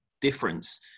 difference